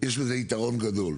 יש בזה יתרון גדול.